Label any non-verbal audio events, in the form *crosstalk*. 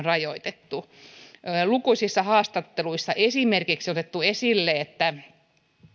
*unintelligible* rajoitettu esimerkiksi lukuisissa haastatteluissa on otettu esille että